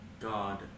God